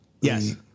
Yes